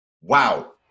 Wow